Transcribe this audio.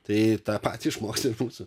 tai tą patį išmoks ir mūsų